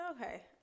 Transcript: okay